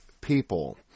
people